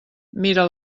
mira